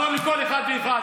לעזור לכל אחד ואחד.